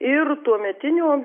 ir tuometinio